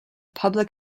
public